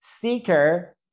seeker